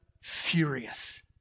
furious